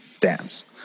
dance